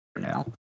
now